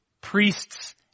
priests